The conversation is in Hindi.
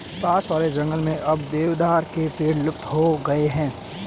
पास वाले जंगल में अब देवदार के पेड़ विलुप्त हो गए हैं